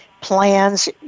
plans